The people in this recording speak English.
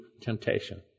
temptation